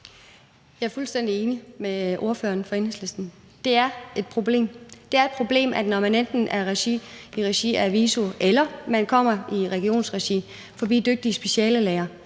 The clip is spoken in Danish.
Jeg er fuldstændig enig med ordføreren for Enhedslisten. Det er et problem. Det er et problem, hvis man enten i regi af VISO eller i regi af regionen har været forbi dygtige speciallæger.